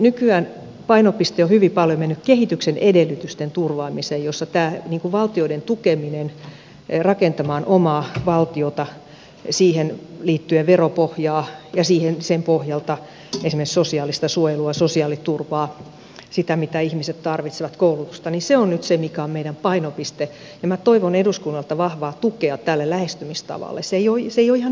nykyään painopiste on hyvin paljon mennyt kehityksen edellytysten turvaamiseen jossa se että valtioita tuetaan rakentamaan omaa valtiota siihen liittyen veropohjaa ja sen pohjalta esimerkiksi sosiaalista suojelua sosiaaliturvaa sitä mitä ihmiset tarvitsevat koulutusta se on nyt se mikä on meidän painopisteemme ja minä toivon eduskunnalta vahvaa tukea tälle lähestymistavalle